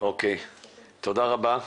תודה רבה.